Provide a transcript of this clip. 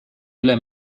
üle